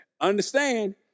understand